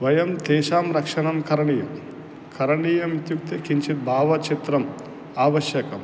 वयं तेषां रक्षणं करणीयं करणीयम् इत्युक्ते किञ्चित् भावचित्रम् आवश्यकम्